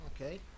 okay